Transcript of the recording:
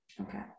Okay